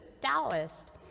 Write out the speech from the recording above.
Taoist